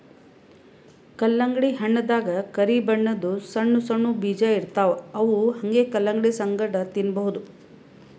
ಕಲ್ಲಂಗಡಿ ಹಣ್ಣ್ ದಾಗಾ ಕರಿ ಬಣ್ಣದ್ ಸಣ್ಣ್ ಸಣ್ಣು ಬೀಜ ಇರ್ತವ್ ಅವ್ ಹಂಗೆ ಕಲಂಗಡಿ ಸಂಗಟ ತಿನ್ನಬಹುದ್